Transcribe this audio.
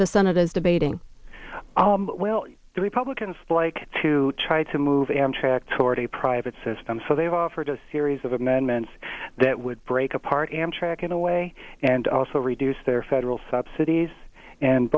the senate is debating well the republicans like to try to move amtrak toward a private system so they've offered a series of amendments that would break apart amtrak in a way and also reduce their federal subsidies and